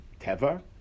Teva